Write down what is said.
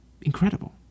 incredible